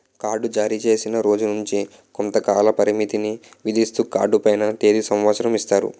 card జారీచేసిన రోజు నుంచి కొంతకాల పరిమితిని విధిస్తూ కార్డు పైన తేది సంవత్సరం ఇస్తారు